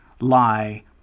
lie